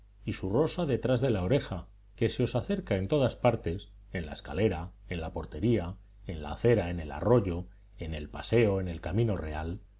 y su rosa detrás de la oreja que se os acerca en todas partes en la escalera en la portería en la acera en el arroyo en el paseo en el camino real